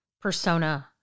persona